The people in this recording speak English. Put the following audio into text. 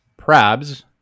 Prabs